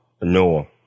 Noah